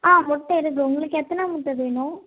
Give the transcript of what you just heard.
ஆ முட்டை இருக்குது உங்களுக்கு எத்தனை முட்டை வேணும்